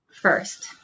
first